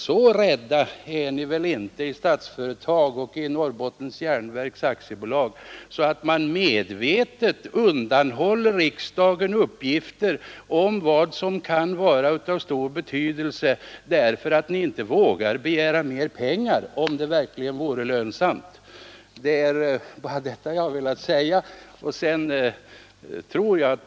Så rädda är ni väl inte i Statsföretag och i NJA att ni medvetet undanhåller Nr 132 Onsdagen den 6 december 1972 Jag tror att både herr Svanberg och jag vill önska ledningen all —— framgång och göra allt vad vi kan för att verkligen stödja den.